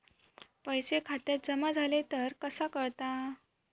पैसे खात्यात जमा झाले तर कसा कळता?